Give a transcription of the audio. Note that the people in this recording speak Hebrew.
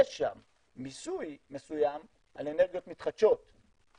יש שם מיסוי מסוים על אנרגיות מתחדשות כי